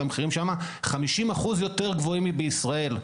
והמחירים שם 50% יותר גבוהים מבישראל.